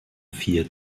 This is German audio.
vier